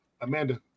Amanda